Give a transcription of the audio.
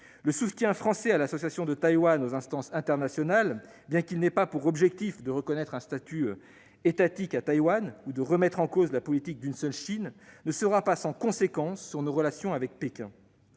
Le soutien français à l'association de Taïwan aux instances internationales, bien qu'il n'ait pas pour objectif de reconnaître un statut d'État à ce pays ou de remettre en cause le principe d'une seule Chine, ne sera pas sans conséquences sur nos relations avec Pékin,